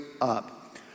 up